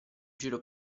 giro